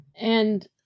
And-